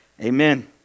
Amen